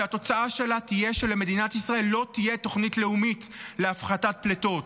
שהתוצאה שלה תהיה שלמדינת ישראל לא תהיה תוכנית לאומית להפחתת פליטות,